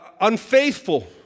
unfaithful